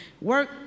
work